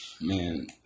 Man